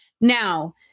Now